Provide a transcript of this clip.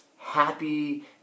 Happy